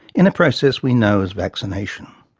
in a process we know as vaccination.